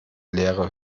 leere